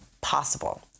possible